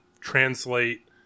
translate